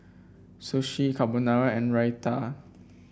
Sashimi Carbonara and Raita